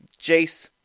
jace